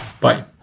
Bye